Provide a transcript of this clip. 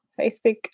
Facebook